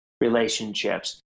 relationships